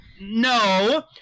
No